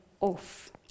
off